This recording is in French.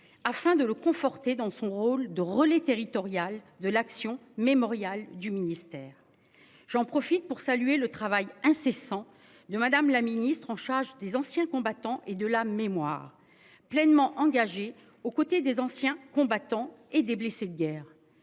afin de le conforter dans son rôle de relais territorial de l'action mémorial du ministère. J'en profite pour saluer le travail incessant de madame la ministre en charge des anciens combattants et de la mémoire pleinement engagée aux côtés des anciens combattants et des blessés de guerre.